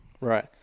Right